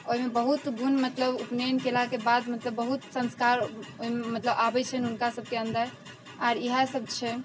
ओहिमे बहुत गुण मतलब ऊपनयन कयलाके बाद मतलब बहुत सँस्कार मतलब आबैत छनि हुनका सबके अन्दर आर इएह सब छै